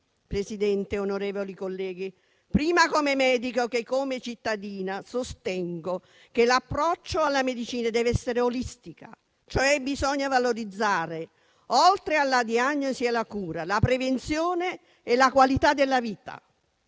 Presidente, onorevoli colleghi, come medico, prima che come cittadina, sostengo che l'approccio alla medicina dev'essere olistico; bisogna cioè valorizzare, oltre alla diagnosi e alla cura, la prevenzione e la qualità della vita.